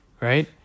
right